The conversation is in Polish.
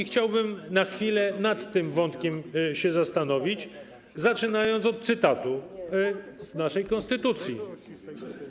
Chciałbym na chwilę nad tym wątkiem się zastanowić, zaczynając od cytatu z naszej konstytucji.